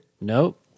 Nope